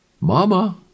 Mama